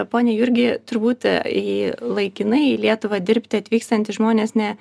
pone jurgi turbūt į laikinai į lietuvą dirbti atvykstantys žmonės ne